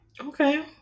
Okay